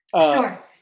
Sure